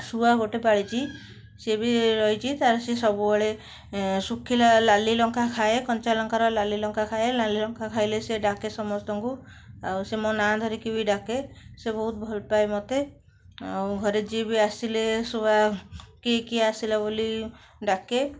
ଶୁଆ ଗୋଟେ ପାଳିଛି ସେ ବି ରହିଛି ତା'ର ସିଏ ସବୁବେଳେ ଏ ଶୁଖିଲା ଲାଲି ଲଙ୍କା ଖାଏ କଞ୍ଚାଲଙ୍କାର ଲାଲି ଲଙ୍କା ଖାଏ ଲାଲି ଲଙ୍କା ଖାଇଲେ ସେ ଡାକେ ସମସ୍ତଙ୍କୁ ଆଉ ସେ ମୋ ନାଁ ଧରିକି ବି ଡାକେ ସେ ବହୁତ ଭଲ ପାଏ ମୋତେ ଆଉ ଘରେ ଯିଏ ବି ଆସିଲେ ଶୁଆ କି କିଏ ଆସିଲେ ବୋଲି ଡାକେ